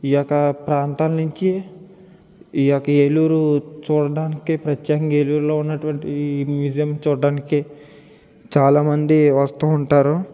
ఈ యొక్క ప్రాంతాల నుంచి ఈ యొక్క ఏలూరు చూడడానికి ప్రత్యేకంగా ఏలూరులో ఉన్నటువంటి ఈ మ్యూజియం చూడడానికి చాలామంది వస్తూ ఉంటారు